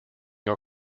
your